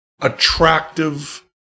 attractive